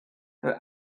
her